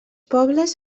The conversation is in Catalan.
pobles